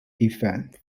effects